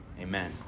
Amen